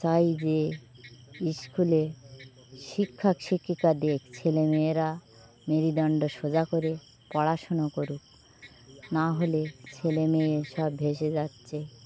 চাই যে স্কুলে শিক্ষক শিক্ষিকাদের ছেলেমেয়েরা মেরুদণ্ড সোজা করে পড়াশুনো করুক নাহলে ছেলেমেয়ে সব ভেসে যাচ্ছেে